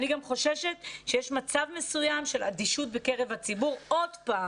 אני גם חוששת שיש מצב מסוים של אדישות בקרב הציבור עוד פעם.